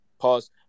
pause